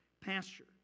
pasture